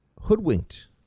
hoodwinked